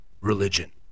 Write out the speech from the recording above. religion